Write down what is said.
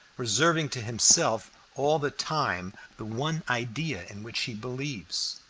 reserving to himself all the time the one idea in which he believes.